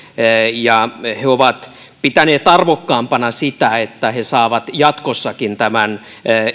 ja he he ovat pitäneet arvokkaampana sitä että he saavat jatkossakin tämän